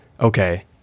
okay